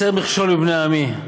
הסר מכשול מבני עמי,